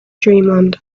dreamland